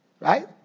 right